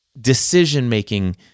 decision-making